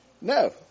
no